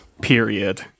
period